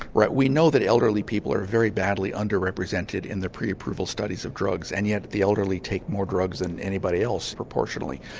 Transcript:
right, we know that elderly people are very badly under-represented in the pre-approval studies of drugs and yet the elderly take more drugs than anybody else proportionally.